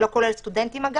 כולל סטודנטים.